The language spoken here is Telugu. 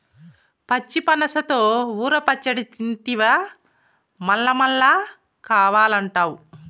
పచ్చి పనసతో ఊర పచ్చడి తింటివా మల్లమల్లా కావాలంటావు